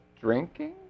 drinking